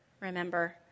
remember